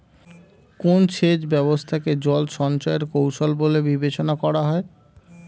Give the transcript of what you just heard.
কোন সেচ ব্যবস্থা কে জল সঞ্চয় এর কৌশল বলে বিবেচনা করা হয়?